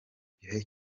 gihe